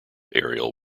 aerial